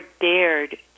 dared